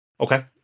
Okay